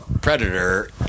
Predator